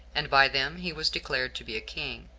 and by them he was declared to be a king,